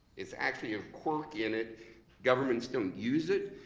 it's actually a quirk in it governments don't use it,